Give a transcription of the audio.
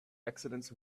accidents